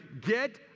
get